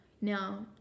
now